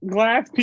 Glass